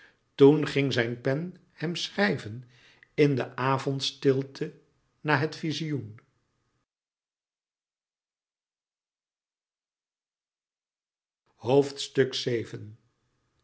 toen ging zijn pen hem schrijven in de avondstilte na het vizioen